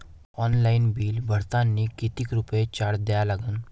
Online bill भरतानी कितीक रुपये चार्ज द्या लागन?